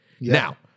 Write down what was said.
now